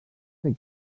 fer